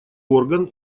орган